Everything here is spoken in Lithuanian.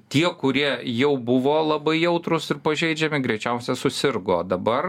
tie kurie jau buvo labai jautrūs ir pažeidžiami greičiausia susirgo dabar